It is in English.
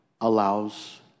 allows